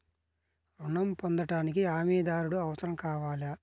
ఋణం పొందటానికి హమీదారుడు అవసరం కావాలా?